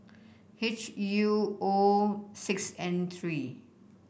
H U O six N three